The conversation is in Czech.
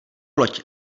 loď